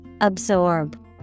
Absorb